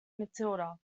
matilda